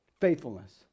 Faithfulness